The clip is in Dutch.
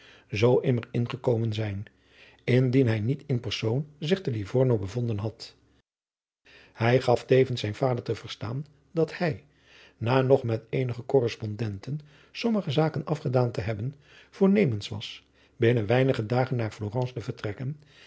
zoo immer ingekomen zijn indien hij niet in persoon zich te livorno bevonden had hij gaf tevens zijn vader te verstaan dat hij na nog met eenige korrespondenten sommige zaken afgedaan te hebben voornemens was binnen weinige dagen naar florence te vertrekken